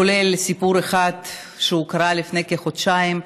כולל סיפור אחד שהוקרא לפני כחודשיים,